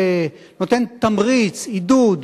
נותן תמריץ, עידוד,